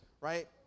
right